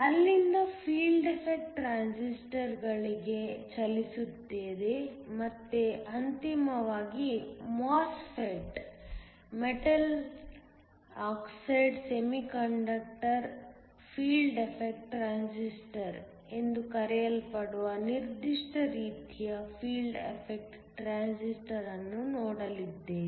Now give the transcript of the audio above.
ಅಲ್ಲಿಂದ field effect transistor ಗಳಿಗೆ ಚಲಿಸುತ್ತದೆ ಮತ್ತು ಅಂತಿಮವಾಗಿ MOSFET metal oxide semiconductor field effect transistor ಎಂದು ಕರೆಯಲ್ಪಡುವ ನಿರ್ದಿಷ್ಟ ರೀತಿಯ ಫೀಲ್ಡ್ ಎಫೆಕ್ಟ್ ಟ್ರಾನ್ಸಿಸ್ಟರ್ ಅನ್ನು ನೋಡಲಿದ್ದೇವೆ